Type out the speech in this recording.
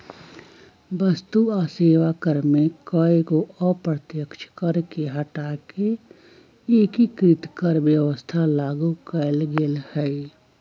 वस्तु आ सेवा कर में कयगो अप्रत्यक्ष कर के हटा कऽ एकीकृत कर व्यवस्था लागू कयल गेल हई